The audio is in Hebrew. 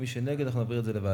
מי שנגד, אנחנו נעביר את זה לוועדה.